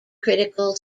critical